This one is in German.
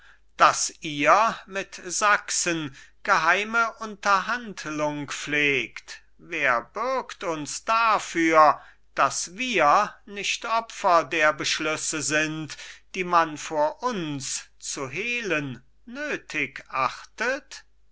daß ihr mit sachsen geheime unterhandlung pflegt wer bürgt uns dafür daß wir nicht opfer der beschlüsse sind die man vor uns zu hehlen nötig achtet